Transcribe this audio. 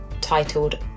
titled